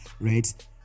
right